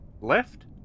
left